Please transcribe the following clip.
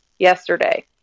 Yesterday